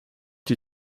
die